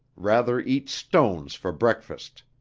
rather eat stones for breakfast!